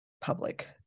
public